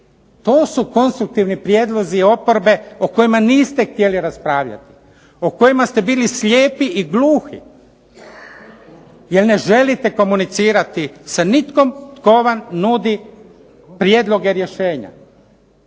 to su konstruktivni prijedlozi oporbe o kojima niste htjeli raspravljati, o kojima ste bili slijepi i gluhi jer ne želite komunicirati sa nikim tko vam nudi prijedloge rješenja.